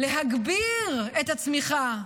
להגביר את הצמיחה,